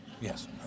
Yes